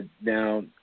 Now